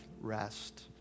rest